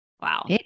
wow